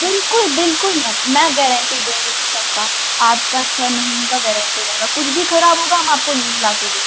बिल्कुल बिल्कुल मैम मैं गैरेंटी दूँगी उन सबका आपका छः महीने का गैरेंटी रहेगा कुछ भी खराब होगा हम आपको न्यू लाके देंगे